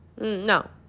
no